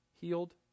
Healed